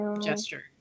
gesture